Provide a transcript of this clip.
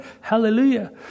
Hallelujah